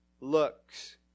Looks